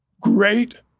great